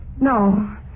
No